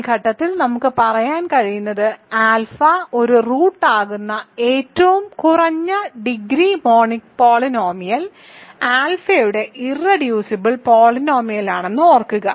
ഈ ഘട്ടത്തിൽ നമുക്ക് പറയാൻ കഴിയുന്നത് ആൽഫ ഒരു റൂട്ട് ആകുന്ന ഏറ്റവും കുറഞ്ഞ ഡിഗ്രി മോണിക് പോളിനോമിയൽ ആൽഫയുടെ ഇർറെഡ്യൂസിബിൾ പോളിനോമിയലാണെന്ന് ഓർക്കുക